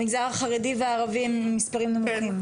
במגזר החרדי והערבי הם מספרים נמוכים.